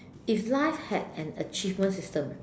if life had an achievement system